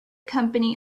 company